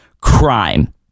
crime